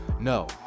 no